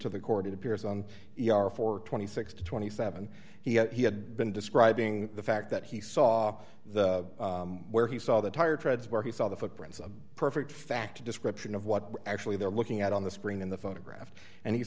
to the court it appears on or for twenty six to twenty seven he had been describing the fact that he saw the where he saw the tire treads where he saw the footprints of perfect fact a description of what actually they're looking at on the spring in the photograph and he